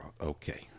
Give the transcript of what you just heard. Okay